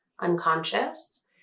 unconscious